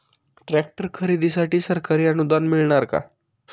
Tractor खरेदीसाठी सरकारी अनुदान मिळणार का?